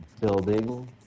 building